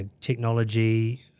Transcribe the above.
technology